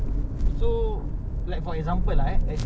all and all aku spend about five hundred dollars